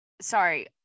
sorry